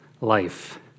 life